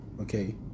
okay